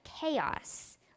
chaos